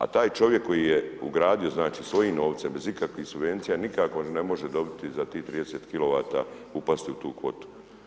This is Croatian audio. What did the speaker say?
A taj čovjek koji je ugradio znači svojim novcem bez ikakvih subvencija nikako ne može dobiti za tih 30 kW upasti u tu kvotu.